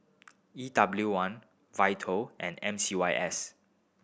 E W one Vital and M C Y S